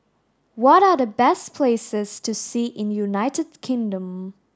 what are the best places to see in United Kingdom